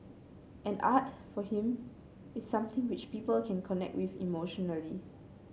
and art for him is something which people can connect with emotionally